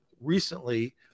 recently